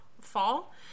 fall